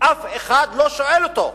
אף אחד לא שואל אותו.